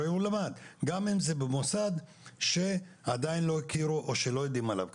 הרי הוא למד גם אם זה במוסד שעדיין לא הכירו או לא יודעים עליו.